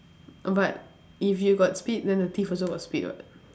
but if you got speed then the thief also got speed [what]